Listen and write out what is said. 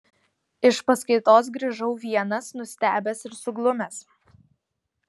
iš paskaitos grįžau vienas nustebęs ir suglumęs